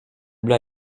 bleue